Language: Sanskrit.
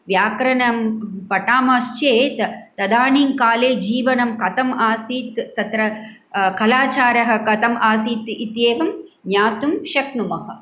व्याकरणं पठामश्चेत् तदानीङ्काले जीवनं कथम् आसीत् तत्र कलाचारः कथम् आसीत् इत्येवं ज्ञातुं शक्नुमः